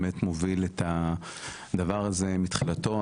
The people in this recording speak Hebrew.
מוביל את הדבר הזה כבר מתחילתו.